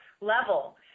level